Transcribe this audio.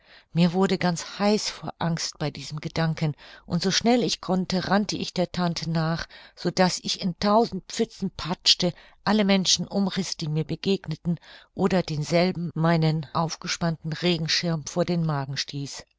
mir wurde ganz heiß vor angst bei diesem gedanken und so schnell ich konnte rannte ich der tante nach so daß ich in tausend pfützen patschte alle menschen umriß die mir begegneten oder denselben meinen aufgespannten regenschirm vor den magen stieß